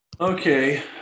Okay